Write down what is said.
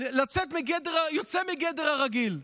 יוצא מגדר הרגיל.